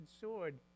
sword